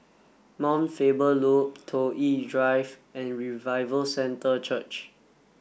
Mount Faber Loop Toh Yi Drive and Revival Centre Church